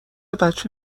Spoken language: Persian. بچه